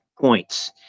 points